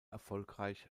erfolgreich